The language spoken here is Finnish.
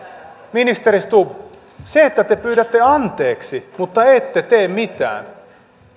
ministeri stubb te pyydätte anteeksi mutta ette tee mitään